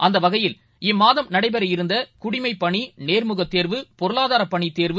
அந்தவகையில் இம்மாதம் நடைபெற இருந்தகுடிமைபணிநேர்முகத் தேர்வு பொருளாதாரபணிதேர்வு